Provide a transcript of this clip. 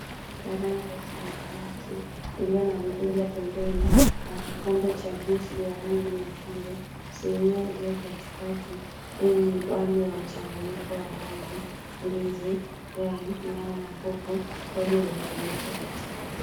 Ya rangi ya samawati, iliyo na mrija pembeni na kikombe cha juisi ya rangi nyekundu. Sinia iliyo katikati yenye wali wa mchanganyiko wa rangi, ndizi, yai, nyama ya kuku, rojo la tomato katikati.